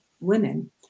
women